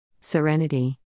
Serenity